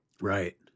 right